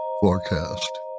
Forecast